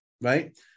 right